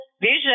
vision